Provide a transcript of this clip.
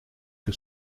que